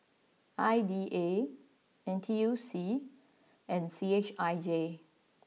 I D A N T U C and C H I J